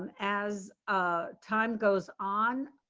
as ah time goes on.